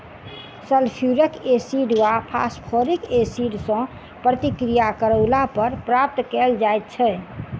sulphuric acid वा phosphoric acid सॅ प्रतिक्रिया करौला पर प्राप्त कयल जाइत छै